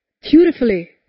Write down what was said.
beautifully